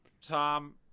Tom